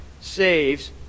saves